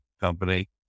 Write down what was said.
company